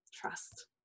Trust